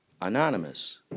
Anonymous